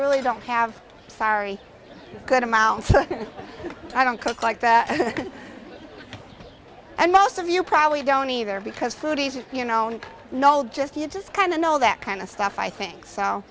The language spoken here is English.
really don't have sorry good amount i don't cook like that and most of you probably don't either because foodies or you know nol just you just kind of know that kind of stuff i think so